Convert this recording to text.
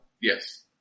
Yes